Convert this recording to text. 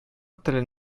телен